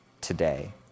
today